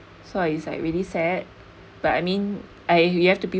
so it's like really sad but I mean I you have to be